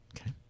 Okay